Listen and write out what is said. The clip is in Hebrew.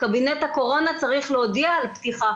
קבינט הקורונה צריך להודיע על פתיחה